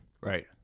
Right